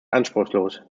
anspruchslos